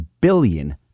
billion